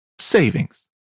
savings